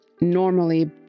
normally